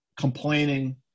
complaining